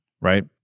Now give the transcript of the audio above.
right